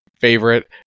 favorite